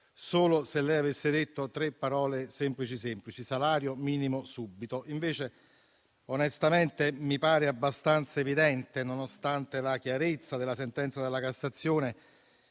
solo se lei avesse pronunciato tre parole semplici: salario minimo subito. Invece, mi pare abbastanza evidente, nonostante la chiarezza della sentenza della Cassazione,